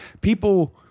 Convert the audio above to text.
People